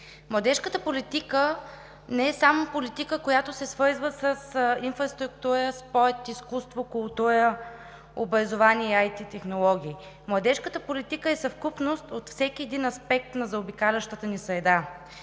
Младежката политика не е само политика, която се свързва с инфраструктура, спорт, изкуство, култура, образование, IT-технологии. Младежката политика е съвкупност от всеки един аспект на заобикалящата ни среда.